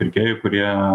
pirkėjų kurie